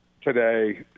today